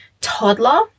toddler